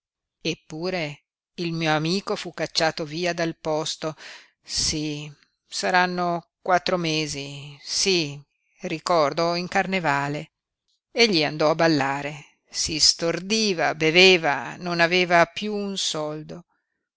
eppure il mio amico fu cacciato via dal posto sí saranno quattro mesi sí ricordo in carnevale egli andò a ballare si stordiva beveva non aveva piú un soldo